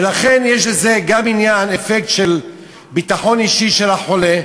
ולכן, יש לזה גם אפקט של ביטחון אישי של החולה.